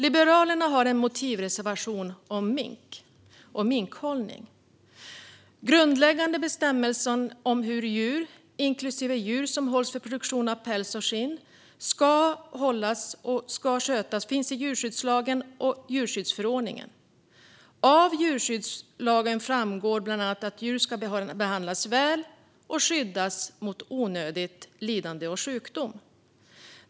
Liberalerna har en motivreservation om mink och minkhållning. Grundläggande bestämmelser om hur djur ska hållas och skötas, inklusive djur som hålls för produktion av päls och skinn, finns i djurskyddslagen och djurskyddsförordningen. Av djurskyddslagen framgår bland annat att djur ska behandlas väl och skyddas mot onödigt lidande och onödig sjukdom.